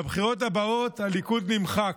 בבחירות הבאות הליכוד נמחק,